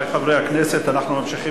לא נבנה, הצעות